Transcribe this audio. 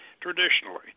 Traditionally